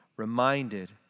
reminded